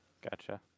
Gotcha